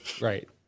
Right